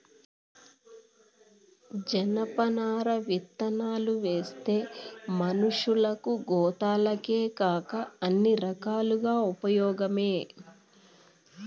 జనపనార విత్తనాలువేస్తే మనషులకు, గోతాలకేకాక అన్ని రకాలుగా ఉపయోగమే